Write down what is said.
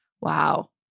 wow